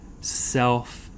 self